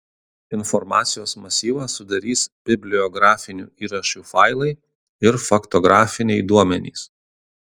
informacijos masyvą sudarys bibliografinių įrašų failai ir faktografiniai duomenys